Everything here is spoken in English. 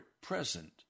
present